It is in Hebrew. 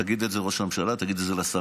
תגיד את זה לראש הממשלה, תגיד את זה לשרים,